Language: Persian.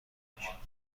بشناسیمشون